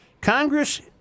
Congress